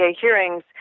hearings